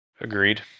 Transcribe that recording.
Agreed